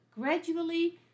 gradually